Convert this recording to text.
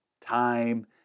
time